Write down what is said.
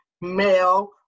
male